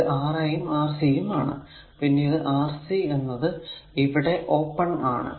ഇത് Ra യും Rc യും ആണ് പിന്നെ ഈ Rc എന്നത് ഇവിടെ ഓപ്പൺ ആണ്